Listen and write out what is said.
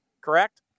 Correct